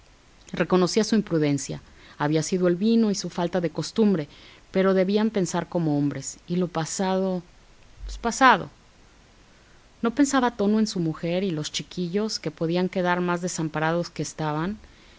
reconocía su imprudencia había sido el vino y su falta de costumbre pero debían pensar como hombres y lo pasado pasado no pensaba tono en su mujer y los chiquillos que podían quedar más desamparados que estaban